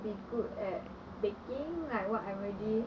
be good at baking like what I'm already